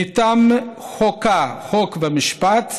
מטעם ועדת החוקה, חוק ומשפט,